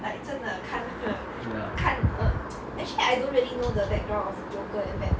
ya